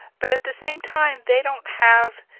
but at the same time they don't have